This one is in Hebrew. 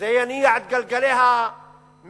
זה יניע את גלגלי המשק